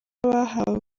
bahawe